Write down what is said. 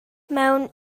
mewn